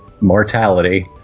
mortality